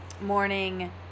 morning